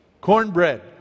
cornbread